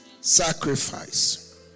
Sacrifice